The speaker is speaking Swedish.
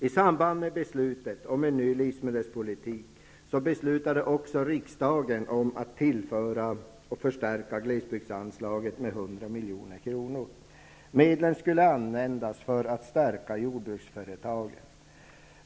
I samband med beslutet om en ny livsmedelspolitik beslutade riksdagen också att förstärka glesbygdsanslaget genom att tillföra det 100 milj.kr.